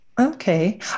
Okay